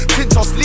Tintos